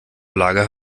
lager